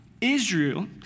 Israel